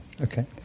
Okay